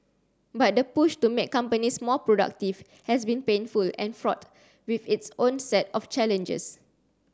but the push to make companies more productive has been painful and fraught with its own set of challenges